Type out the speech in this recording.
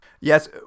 Yes